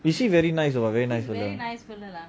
is he very nice ah very nice fella